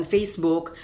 Facebook